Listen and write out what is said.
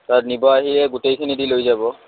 তাত নিব আহিলে গোটেইখিনি দি লৈ যাব